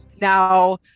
Now